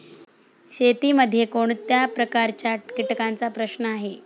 शेतीमध्ये कोणत्या प्रकारच्या कीटकांचा प्रश्न आहे?